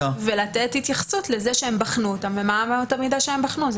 ולתת התייחסות לזה שהם בחנו אותם ומה אמות המידה שהם בחנו.